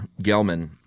Gelman